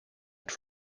het